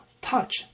touch